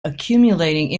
accumulating